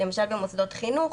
למשל במוסדות החינוך,